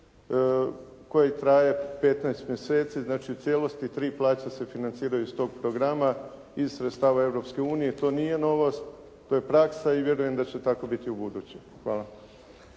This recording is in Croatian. koji traje 15 mjeseci, znači u cijelosti tri plaće se financiraju se iz tog programa iz sredstava Europske unije. To nije novost, to je praksa i vjerujem da će tako biti i ubuduće. Hvala.